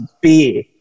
beer